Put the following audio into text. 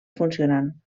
funcionant